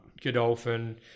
Godolphin